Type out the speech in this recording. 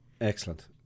Excellent